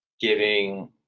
giving